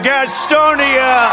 Gastonia